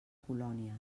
colònies